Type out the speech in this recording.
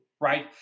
right